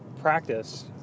practice